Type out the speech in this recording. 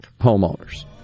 homeowners